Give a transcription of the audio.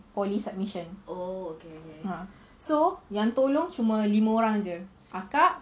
poly submission so yang tolong cuma lima orang jer akak